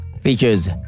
features